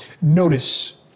Notice